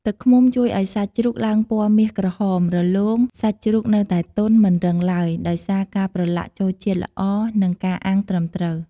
ទឹកឃ្មុំជួយឱ្យសាច់ជ្រូកឡើងពណ៌មាសក្រហម រលោង សាច់ជ្រូកនៅតែទន់ មិនរឹងឡើយ ដោយសារការប្រឡាក់ចូលជាតិល្អ និងការអាំងត្រឹមត្រូវ។